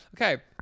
Okay